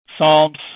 Psalms